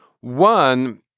One